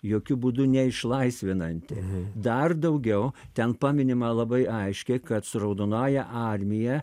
jokiu būdu ne išlaisvinanti dar daugiau ten paminima labai aiškiai kad su raudonąja armija